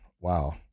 wow